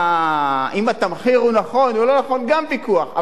אם התמחיר הוא נכון או לא נכון, גם ויכוח.